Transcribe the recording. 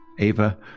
Ava